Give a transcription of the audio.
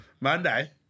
Monday